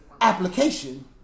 application